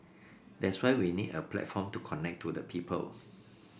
that's why we need a platform to connect to the people